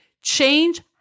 change